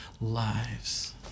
lives